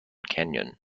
canyon